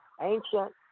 ancient